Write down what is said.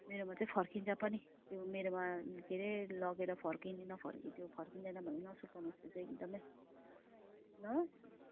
मेरोमा चाहिँ फर्किन्छ पनि त्यो मेरोमा के अरे लगेर फर्किने नफर्किने फर्किँदैन भनेर नसुर्ताउनु होस् त्यो चाहिँ एकदम ल